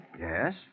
Yes